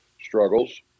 struggles